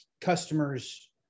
customers